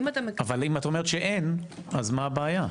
אבל אם את אומרת שאין, מה הבעיה?